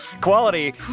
Quality